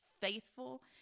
faithful